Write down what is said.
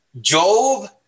Job